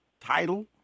title